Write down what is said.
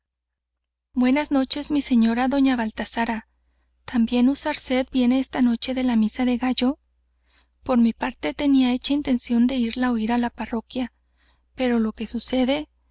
noches mi señora doña baltasara también usarced viene esta noche á la misa del gallo por mi parte tenía hecha intención de irla á oir á la parroquia pero lo que sucede